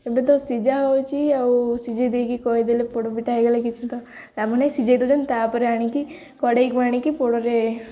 ଏମବେ ତ ସିଝା ହେଉଛି ଆଉ ସିଝାଇ ଦେଇକି କହିଦେଲେ ପୋଡ଼ ପିଠା ହୋଇଗଲା କିଛି ତ ସିଝାଇ ଦେଉଛନ୍ତି ତାପରେ ଆଣିକି କଡ଼େଇକୁ ଆଣିକି ପୋଡ଼ରେ